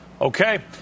Okay